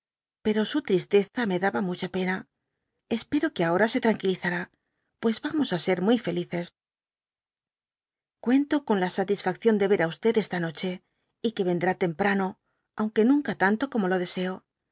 pero su tristeza me daba mucha pena ero que ahora se tranquilizará pues yamos á ser muy felices cuento con la satisfacción de ver á esta noche y que vendrá temprano aunque nunca tanto como lo deseo